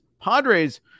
Padres